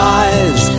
eyes